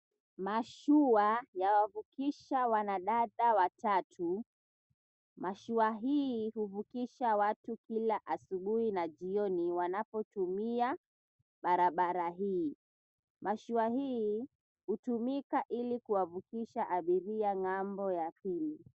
Mashua yawavukisha wanadada watatu. Mashua hii huvukisha watu kila asubuhi na jioni wanapotumia barabara hii. Mashua hii hutumika ili kuwavukisha abiria ng'ambo ya pili.